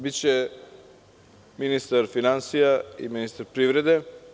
Biće ministar finansija i ministar privrede.